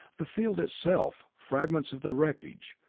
the field itself, fragments of the wreckage,